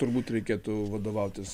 turbūt reikėtų vadovautis